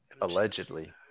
Allegedly